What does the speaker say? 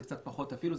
זה קצת פחות אפילו,